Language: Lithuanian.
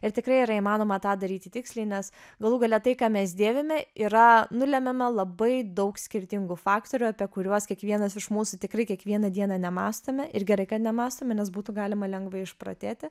ir tikrai yra įmanoma tą daryti tiksliai nes galų gale tai ką mes dėvime yra nulemiama labai daug skirtingų faktorių apie kuriuos kiekvienas iš mūsų tikrai kiekvieną dieną nemąstome ir gerai kad nemąstome nes būtų galima lengvai išprotėti